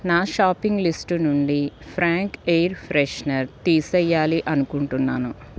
నా shopping list నుండి Frank air freshener తీసేయాలి అనుకుంటున్నాను